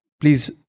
please